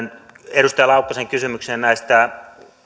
edustaja laukkasen kysymykseen näistä